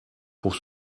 pour